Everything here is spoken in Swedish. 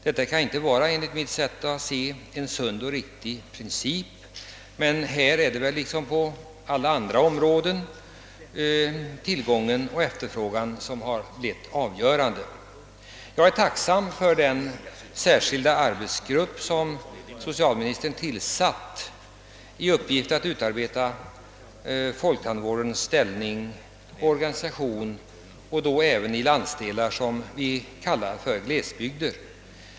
Detta kan enligt mitt sätt att se inte vara en sund och riktig princip. Men här liksom på alla andra områden är det väl tillgången och efterfrågan som blivit avgörande. Jag är tacksam för att socialministern tillsatt en särskild arbetsgrupp med uppgift att utreda frågan om folktandvårdens ställning och organisation — och detta även i landsdelar som vi kallar för glesbygder.